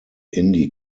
indie